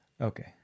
Okay